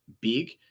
big